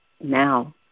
now